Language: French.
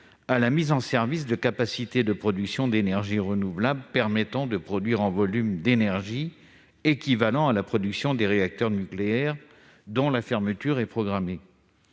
à la mise en service de capacités de production d'énergies renouvelables permettant de produire un volume d'énergie équivalent à celui provenant des réacteurs nucléaires dont la fermeture est programmée.